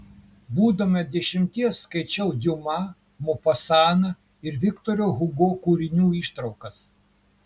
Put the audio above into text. būdama dešimties skaičiau diuma mopasaną ir viktoro hugo kūrinių ištraukas